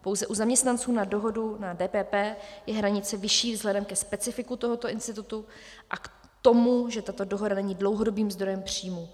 Pouze u zaměstnanců na dohodu, na DPP, je hranice vyšší vzhledem ke specifiku tohoto institutu a k tomu, že tato dohoda není dlouhodobým zdrojem příjmů.